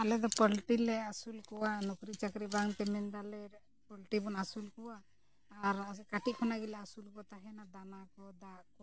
ᱟᱞᱮ ᱫᱚ ᱯᱳᱞᱴᱨᱤ ᱞᱮ ᱟᱹᱥᱩᱞ ᱠᱚᱣᱟ ᱱᱚᱠᱨᱤ ᱪᱟᱹᱠᱨᱤ ᱵᱟᱝᱛᱮ ᱢᱮᱱ ᱫᱟᱞᱮ ᱯᱚᱞᱴᱨᱤ ᱵᱚᱱ ᱟᱹᱥᱩᱞ ᱠᱚᱣᱟ ᱟᱨ ᱠᱟᱹᱴᱤᱡ ᱠᱷᱚᱱᱟᱜ ᱜᱮᱞᱮ ᱟᱹᱥᱩᱞ ᱠᱚ ᱛᱟᱦᱮᱱᱟ ᱫᱟᱱᱟ ᱠᱚ ᱫᱟᱜ ᱠᱚ